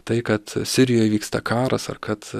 tai kad sirijoj vyksta karas ar kad